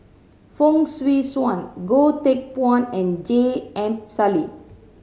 Fong Swee Suan Goh Teck Phuan and J M Sali